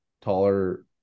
taller